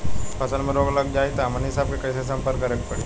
फसल में रोग लग जाई त हमनी सब कैसे संपर्क करें के पड़ी?